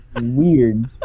weird